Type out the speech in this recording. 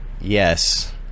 yes